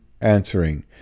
answering